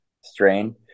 strain